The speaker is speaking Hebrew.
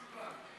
שוכרן.